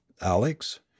alex